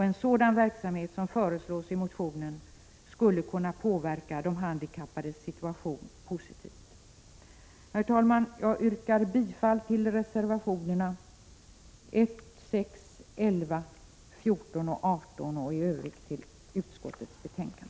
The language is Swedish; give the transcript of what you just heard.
En sådan verksamhet som föreslås i motionen skulle kunna påverka de handikappades situation positivt. Herr talman! Jag yrkar bifall till reservationerna 1, 6, 11, 14 och 18 och i Övrigt till utskottets hemställan.